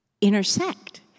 intersect